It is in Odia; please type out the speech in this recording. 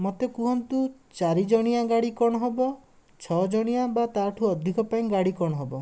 ମୋତେ କୁହନ୍ତୁ ଚାରି ଜଣିଆ ଗାଡ଼ି କ'ଣ ହବ ଛଅ ଜଣିଆ ବା ତା'ଠୁ ଅଧିକ ପାଇଁ ଗାଡ଼ି କ'ଣ ହବ